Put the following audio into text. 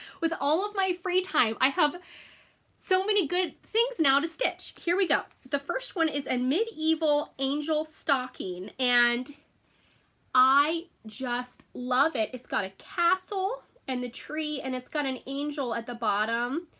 with all of my free time. i have so many good things now to stitch. here we go. the first one is a and medieval angel stocking and i just love it. it's got a castle and the tree and it's got an angel at the bottom.